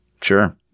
sure